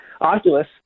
Oculus